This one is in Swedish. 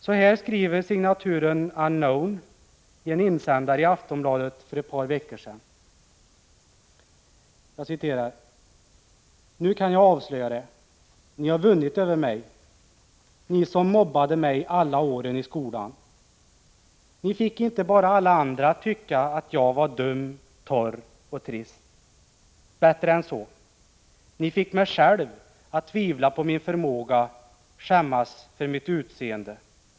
Så här skriver signaturen ”Unknown” i en insändare i Aftonbladet för ett par veckor sedan: ”Nu kan jag avslöja det: Ni har vunnit över mig. Ni som mobbade mig alla åren i skolan. Ni fick inte bara alla andra att tycka jag var dum, torr och trist. Bättre än så: Ni fick mig själv att tvivla på min förmåga, skämmas för mitt utseende.